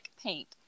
paint